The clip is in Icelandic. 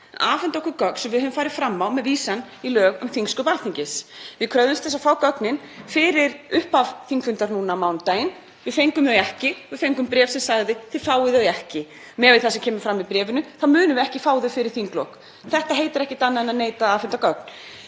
afhenda okkur gögn sem við höfum farið fram á með vísan í lög um þingsköp Alþingis. Við kröfðumst þess að fá gögnin fyrir upphaf þingfundar nú á mánudaginn. Við fengum þau ekki. Við fengum bréf sem sagði: Þið fáið þau ekki. Miðað við það sem kemur fram í bréfinu munum við ekki fá þau fyrir þinglok. Þetta heitir ekkert annað en að neita að afhenda gögn.